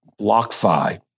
BlockFi